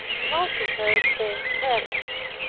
not to hurt the prelate.